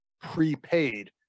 prepaid